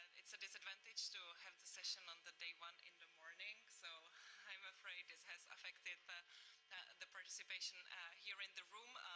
it's a disadvantage to have the session on the day one in the morning, so i am afraid has has affected the the participation here in the room,